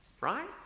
right